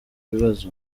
bibazo